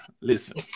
Listen